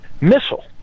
missile